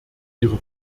ihre